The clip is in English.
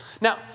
Now